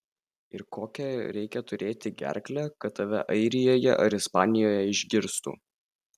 ir kokią reikia turėti gerklę kad tave airijoje ar ispanijoje išgirstų